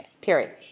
Period